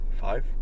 Five